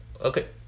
Okay